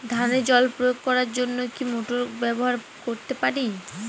ধানে জল প্রয়োগ করার জন্য কি মোটর ব্যবহার করতে পারি?